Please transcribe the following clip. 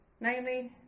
namely